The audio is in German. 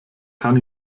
kann